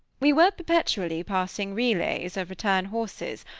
we were perpetually passing relays of return-horses,